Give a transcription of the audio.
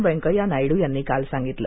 वेंकय्या नायडू यांनी काल सांगितलं